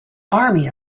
army